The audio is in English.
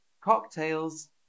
Cocktails